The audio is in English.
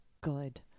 good